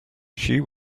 she